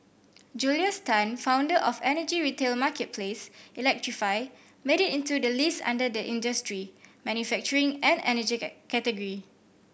Julius Tan founder of energy retail marketplace Electrify made it into the list under the industry manufacturing and energy category